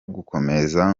gukomeza